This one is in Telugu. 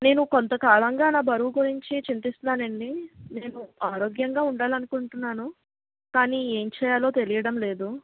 నేను కొంత కాలంగా నా బరువు గురించి చింతిస్తున్నానండి నేను ఆరోగ్యంగా ఉండాలనుకుంటున్నాను కానీ ఏమి చెయ్యాలో తెలియడం లేదు